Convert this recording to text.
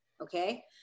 Okay